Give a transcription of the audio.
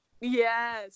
Yes